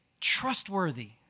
trustworthy